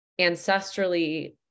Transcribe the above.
ancestrally